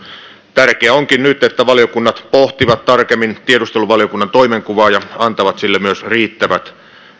tärkeää onkin nyt että valiokunnat pohtivat tarkemmin tiedusteluvaliokunnan toimenkuvaa ja myös antavat sille riittävät